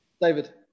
David